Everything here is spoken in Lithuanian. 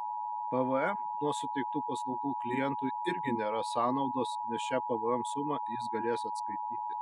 pvm nuo suteiktų paslaugų klientui irgi nėra sąnaudos nes šią pvm sumą jis galės atskaityti